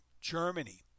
Germany